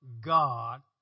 God